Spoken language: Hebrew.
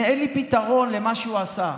אין לי פתרון למה שהוא עשה.